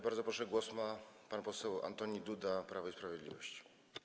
Bardzo proszę, głos ma pan poseł Antoni Duda, Prawo i Sprawiedliwość.